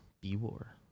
B-War